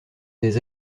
des